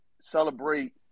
celebrate